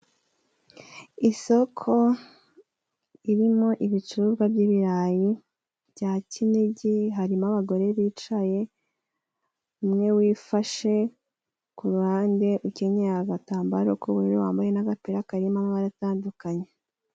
Isoko irimo ibicuruzwa by'ibirayi bya kinigi, harimo abagore bicaye, umwe wifashe ku ruhande ukenye agatambaro k'ubururu wambaye n'agapira karirimo amabara atandukanye.